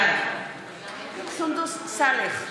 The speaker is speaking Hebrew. בעד סונדוס סאלח,